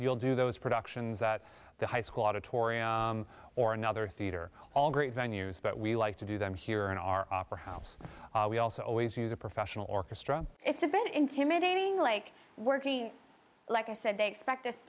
you'll do those productions that the high school auditorium or another theater all great venues but we like to do them here in our opera house we also always use a professional orchestra it's a bit intimidating like working like i said they expect us